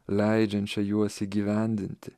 leidžiančia juos įgyvendinti